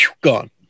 gone